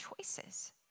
choices